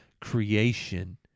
creation